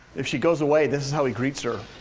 if she goes away, this is how he greets her,